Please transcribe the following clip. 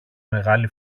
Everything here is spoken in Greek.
μεγάλη